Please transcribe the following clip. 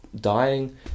dying